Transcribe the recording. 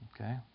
Okay